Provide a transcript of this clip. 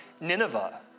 Nineveh